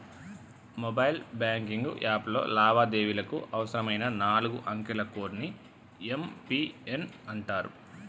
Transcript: mobile banking యాప్లో లావాదేవీలకు అవసరమైన నాలుగు అంకెల కోడ్ ని యం.పి.ఎన్ అంటరు